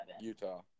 utah